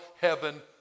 heaven